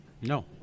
No